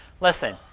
listen